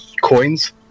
coins